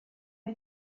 die